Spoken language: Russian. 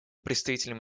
представителем